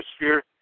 atmosphere